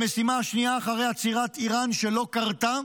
המשימה השנייה אחרי עצירת איראן, שלא קרתה,